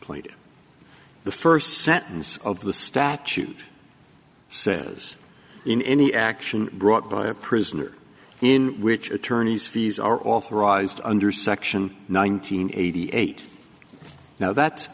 played the first sentence of the statute says in any action brought by a prisoner in which attorneys fees are authorized under section nine hundred eighty eight now that